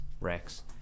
Rex